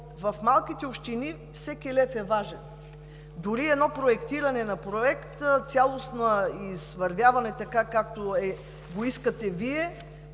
в малките общини всеки лев е важен. Дори едно проектиране на проект, цялостно извървяване – така, както го искате Вие,